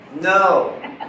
No